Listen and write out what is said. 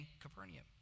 Capernaum